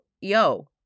yo